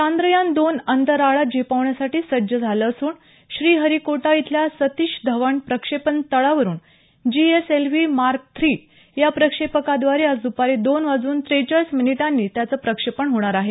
चांद्रयान दोन अंतराळात झेपावण्यासाठी सज्ज झालं असून श्रीहरीकोटा इथल्या सतिश धवन प्रक्षेपण तळावरून जीएसएलव्ही मार्क थ्री या प्रक्षेपकाद्वारे आज दुपारी दोन वाजून त्रेचाळीस मिनिटांनी त्याचं प्रक्षेपण होणार आहे